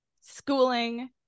schooling